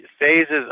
phases